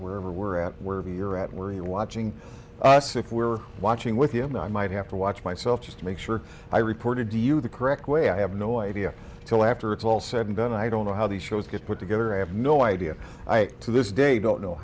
wherever we're at wherever you're at were you watching us if we were watching with you and i might have to watch myself just to make sure i reported to you the correct way i have no idea until after it's all said and done i don't know how these shows get put together i have no idea i to this day don't know